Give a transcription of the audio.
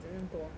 讲这样多